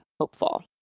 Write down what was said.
hopeful